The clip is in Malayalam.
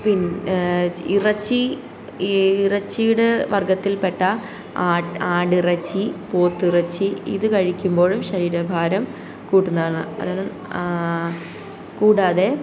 പിന്നെ ഇറച്ചി ഇറച്ചിയുടെ വർഗത്തിൽ പെട്ട ആടി ഇറച്ചി പോത്തിറച്ചി ഇത് കഴിക്കുമ്പോഴും ശരീരഭാരം കൂട്ടുന്നതാണ് അത് കൂടാതെ